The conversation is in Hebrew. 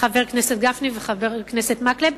חבר הכנסת גפני וחבר הכנסת מקלב,